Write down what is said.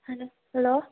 hello